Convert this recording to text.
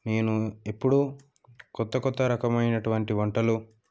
నేను ఎప్పుడు కొత్త కొత్త రకమైనటువంటి వంటలు